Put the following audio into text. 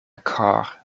car